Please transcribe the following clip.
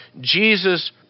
Jesus